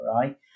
right